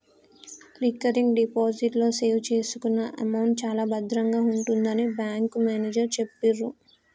recurring deposit లో save చేసుకున్న amount చాలా భద్రంగా ఉంటుందని బ్యాంకు మేనేజరు చెప్పిర్రు